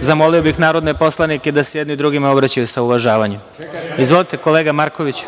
Zamolio bih narodne poslanike da se jedni drugima obraćaju sa uvažavanjem. Izvolite, kolega Markoviću.